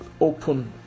open